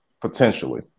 potentially